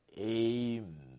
amen